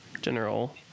general